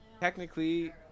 technically